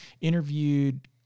interviewed